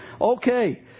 Okay